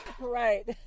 Right